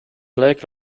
black